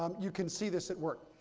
um you can see this at work.